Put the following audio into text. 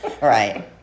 Right